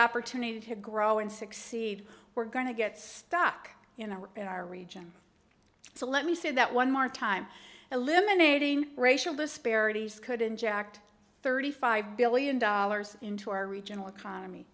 opportunity to grow and succeed we're going to get stuck in the work in our region so let me say that one more time eliminating racial disparities could inject thirty five billion dollars into our regional economy